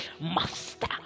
Master